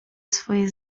swoje